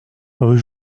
rue